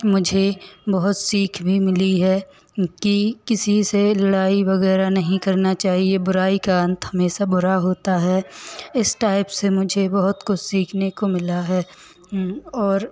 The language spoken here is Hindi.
मुझे बहुत सीख भी मिली है कि किसी से लड़ाई वगैरह नहीं करना चाहिए बुराई का अंत हमेशा बुरा होता है इस टाइप से मुझे बहुत कुछ सीखने को मिला है और